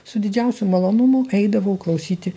su didžiausiu malonumu eidavau klausyti